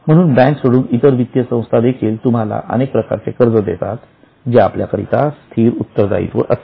म्हणून बँक सोडून इतर वित्तीय संस्था तुम्हाला अनेक प्रकारचे कर्ज देतात जे आपल्याकरिता स्थिर उत्तरदायित्व असते